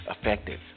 effective